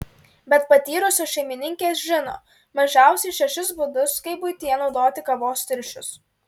bet patyrusios šeimininkės žino mažiausiai šešis būdus kaip buityje naudoti kavos tirščius